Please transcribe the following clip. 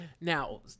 Now